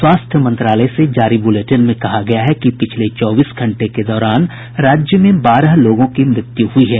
स्वास्थ्य मंत्रालय से जारी बुलेटिन में कहा गया है कि पिछले चौबीस घंटे के दौरान राज्य में बारह लोगों की मृत्यु हुई है